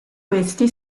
questi